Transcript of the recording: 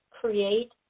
create